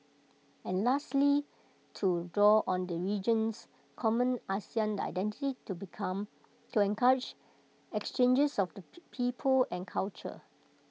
and lastly to draw on the region's common Asian identity to become to encourage exchanges of people and culture